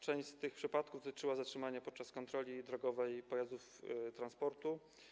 Część tych przypadków dotyczyła zatrzymania podczas kontroli drogowej pojazdów transportu.